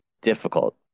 difficult